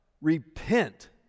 repent